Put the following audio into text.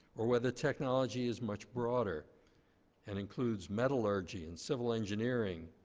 or whether technology is much broader and includes metallurgy, and civil engineering,